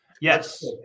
Yes